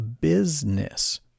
business